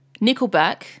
Nickelback